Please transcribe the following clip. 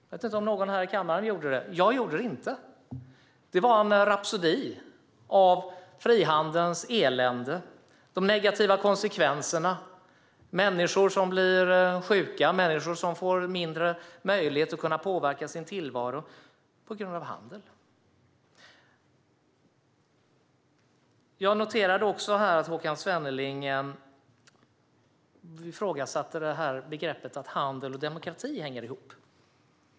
Jag vet inte om någon här i kammaren gjorde det, jag gjorde det inte. Det var en rapsodi av frihandelns elände, negativa konsekvenser, människor som blir sjuka och människor som får mindre möjlighet att påverka sin tillvaro på grund av handel. Jag noterade också att Håkan Svenneling ifrågasatte att begreppen handel och demokrati hänger ihop.